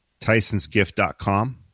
tysonsgift.com